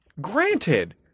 granted